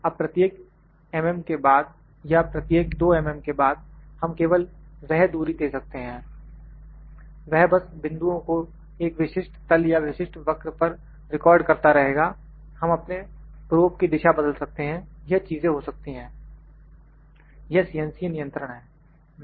अब प्रत्येक mm के बाद या प्रत्येक 2 mm के बाद हम केवल वह दूरी दे सकते हैं वह बस बिंदुओं को एक विशिष्ट तल या विशिष्ट वक्र पर रिकॉर्ड करता रहेगा हम अपने प्रोब की दिशा बदल सकते हैं यह चीजें हो सकती हैं यह CNC नियंत्रण है